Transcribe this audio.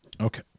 Okay